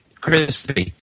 crispy